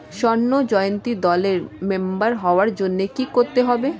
স্বর্ণ জয়ন্তী দলের মেম্বার হওয়ার জন্য কি করতে হবে?